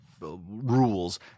rules